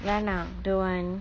வேணா:veenaa don't want